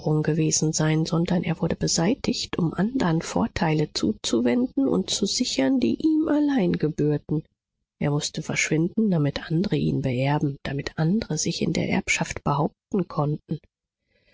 gewesen sein sondern er wurde beseitigt um andern vorteile zuzuwenden und zu sichern die ihm allein gebührten er mußte verschwinden damit andre ihn beerben damit andre sich in der erbschaft behaupten konnten